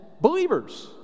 believers